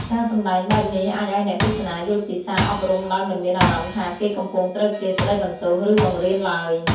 ការសម្ដែងបែបនេះអាចឲ្យអ្នកទស្សនាយល់ពីសារអប់រំដោយមិនមានអារម្មណ៍ថាគេកំពុងត្រូវគេស្ដីបន្ទោស ឬបង្រៀនឡើយ។